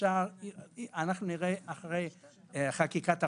אנחנו נראה אחרי חקיקת החוק,